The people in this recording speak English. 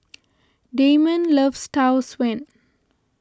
Dameon loves Tau Suan